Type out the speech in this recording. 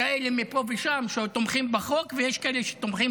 כאלה מפה ומשם שעוד תומכים בחוק ויש כאלה שתומכים